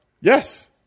Yes